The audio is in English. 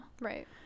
Right